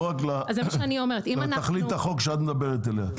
לא רק לתכלית החוק שאת מדברת עליו.